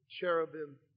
Cherubim